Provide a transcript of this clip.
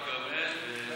בכרמל,